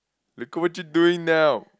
look at what you doing now